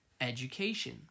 education